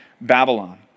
Babylon